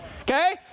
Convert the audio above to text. Okay